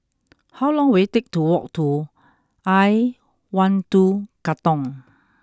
how long will it take to walk to I one two Katong